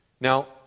Now